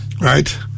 right